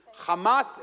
Hamas